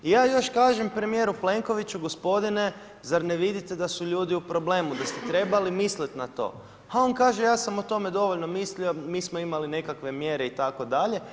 I ja još kažem premijeru Plenkoviću gospodine zar ne vidite da su ljudi u problemu da ste trebali misliti na to, a on kaže ja sam o tome dovoljno mislio, mi smo imali nekakve mjere itd.